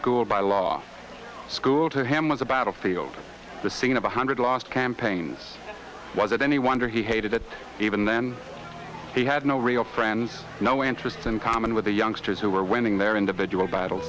school by law school to him was a battlefield the scene of a hundred lost campaigns was it any wonder he hated it even then he had no real friends no interests in common with the youngsters who were winning their individual battle